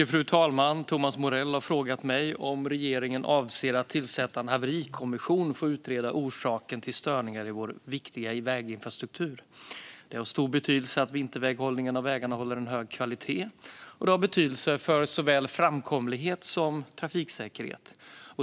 Fru talman! har frågat mig om regeringen avser att tillsätta en haverikommission för att utreda orsaken till störningar i vår viktiga väginfrastruktur. Det är av stor betydelse att vinterväghållningen av vägarna håller en hög kvalitet. Det har betydelse för såväl framkomlighet som trafiksäkerhet.